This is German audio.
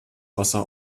wasser